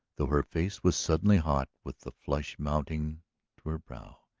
though her face was suddenly hot with the flush mounting to her brow,